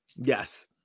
Yes